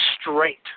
straight